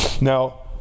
Now